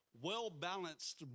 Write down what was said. well-balanced